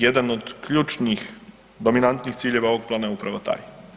Jedan od ključnih dominantnih ciljeva ovog plana je upravo taj.